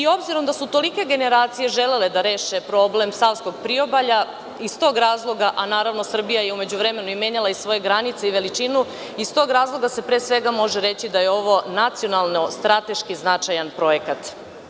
S obzirom da su tolike generacije želele da reše problem Savskog priobalja iz tog razloga, a naravno Srbija je u međuvremenu i menjala svoje granice i veličinu, iz tog razloga se pre svega može reći da je ovo nacionalno strateški značajan projekat.